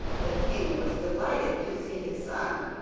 the king was delighted to see his son,